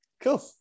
Cool